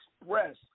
express